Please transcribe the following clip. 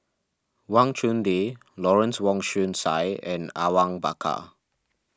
Wang Chunde Lawrence Wong Shyun Tsai and Awang Bakar